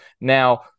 Now